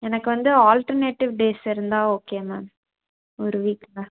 எனக்கு வந்து alternative days இருந்தால் ஓகே மேம் ஒரு வீக்கில்